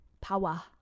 power